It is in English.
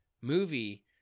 movie